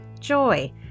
joy